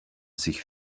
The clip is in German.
sich